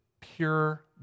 pure